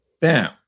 Bam